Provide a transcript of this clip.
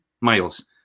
miles